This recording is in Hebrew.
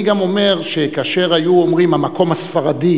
אני גם אומר שכאשר היו אומרים "המקום הספרדי"